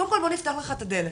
קודם כל בוא נפתח לך את הדלת,